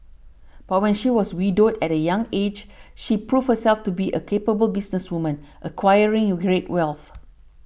but when she was widowed at a young aged she proved herself to be a capable businesswoman acquiring who great wealth